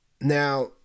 Now